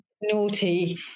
naughty